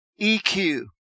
EQ